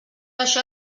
això